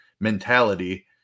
mentality